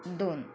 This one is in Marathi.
दोन